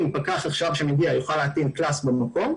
אם פקח שמגיע עכשיו יוכל להטיל קנס במקום,